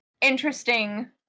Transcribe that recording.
interesting